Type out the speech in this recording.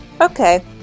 Okay